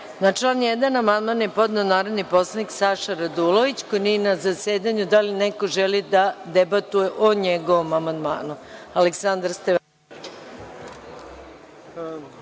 član 1. amandman je podneo narodni poslanik Saša Radulović, koji nije na zasedanju. Da li neko želi da debatuje o njegovom amandmanu? Reč